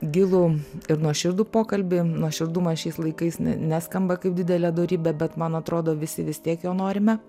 gilų ir nuoširdų pokalbį nuoširdumas šiais laikais ne neskamba kaip didelė dorybė bet man atrodo visi vis tiek jo norime